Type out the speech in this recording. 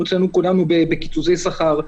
אנחנו כולנו בקיצוצי שכר,